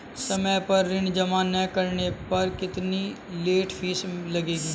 समय पर ऋण जमा न करने पर कितनी लेट फीस लगेगी?